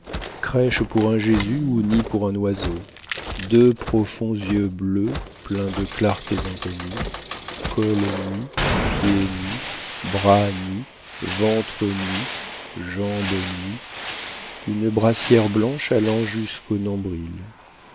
crèche pour un jésus ou nid pour un oiseau deux profonds yeux bleus pleins de clartés inconnues col nu pieds nus bras nus ventre nu jambes nues une brassière blanche allant jusqu'au nombril